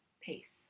pace